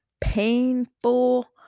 painful